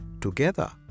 together